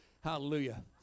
Hallelujah